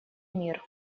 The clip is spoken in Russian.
мир